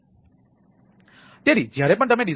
તેથી જ્યારે પણ તમે ડિઝાઇન કરો છો